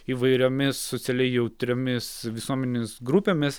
įvairiomis socialiai jautriomis visuomenės grupėmis